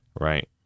right